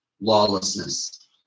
lawlessness